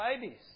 babies